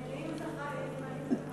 נמלים זה,